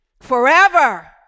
forever